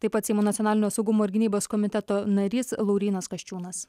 taip pat seimo nacionalinio saugumo ir gynybos komiteto narys laurynas kasčiūnas